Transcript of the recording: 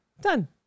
Done